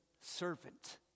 servant